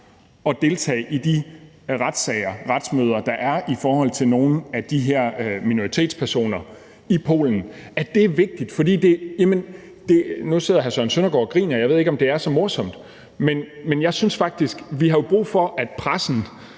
at deltage i de retssager og retsmøder, der er i Polen i forhold til nogle af de her minoritetspersoner, er vigtigt. Nu sidder hr. Søren Søndergaard og griner. Jeg ved ikke, om det er så morsomt. Men vi har jo brug for, at pressen,